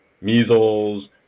measles